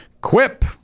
Quip